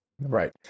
Right